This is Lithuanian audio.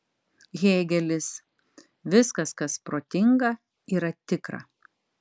hėgelis viskas kas protinga yra tikra